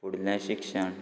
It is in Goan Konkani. फुडलें शिक्षण